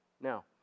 Now